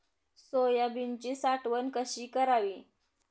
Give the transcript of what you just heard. सोयाबीनची साठवण कशी करावी?